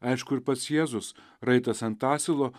aišku ir pats jėzus raitas ant asilo